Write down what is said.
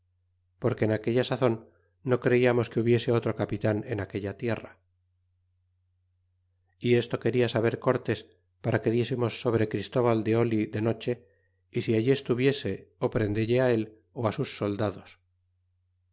porque en aquella sazon no creíamos que hubiese otro capitan en aquella tierra y esto quena saber cortés para que diésemos sobre christóval de oli de noche si allí estuviese ó prendelle él ó sus soldados